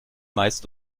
meist